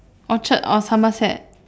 orchard or somerset